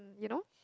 you know